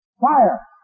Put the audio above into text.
Fire